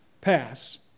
pass